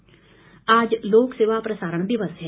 प्रसारण दिवस आज लोकसेवा प्रसारण दिवस है